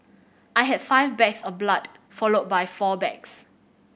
I had five bags of blood followed by four bags